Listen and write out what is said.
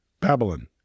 Babylon